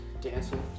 Dancing